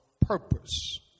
purpose